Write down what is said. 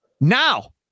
Now